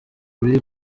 biri